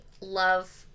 love